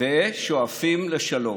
ושואפים לשלום.